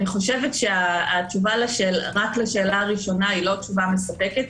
אני חושבת שהתשובה רק לשאלה הראשונה היא לא מספקת,